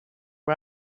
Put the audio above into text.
are